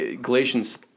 Galatians